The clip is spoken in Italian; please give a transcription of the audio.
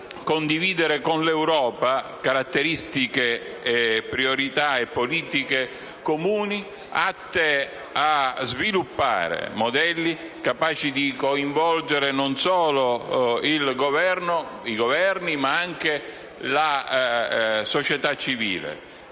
condividere con l'Europa caratteristiche, priorità e politiche comuni atte a sviluppare modelli capaci di coinvolgere non solo i Governi ma anche la società civile,